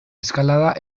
eskalada